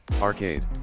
Arcade